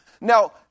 Now